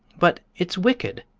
but it's wicked!